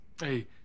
Hey